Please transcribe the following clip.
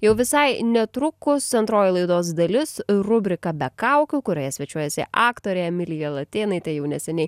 jau visai netrukus antroji laidos dalis rubrika be kaukių kurioje svečiuojasi aktorė emilija latėnaitė jau neseniai